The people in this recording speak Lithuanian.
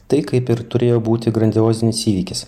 tai kaip ir turėjo būti grandiozinis įvykis